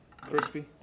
Crispy